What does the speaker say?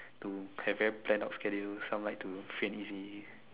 to have very planned out schedule some like to free and easy